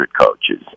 coaches